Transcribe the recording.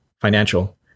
financial